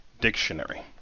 Dictionary